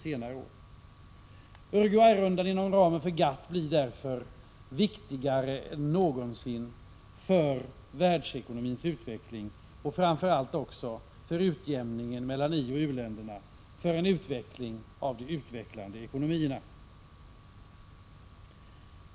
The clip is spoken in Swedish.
Uruguay-rundan inom ramen för GATT blir därför viktigare än någonsin för världsekonomins utveckling och framför allt även för utjämningen mellan ioch u-länderna — för en utveckling av de utvecklande ekonomierna.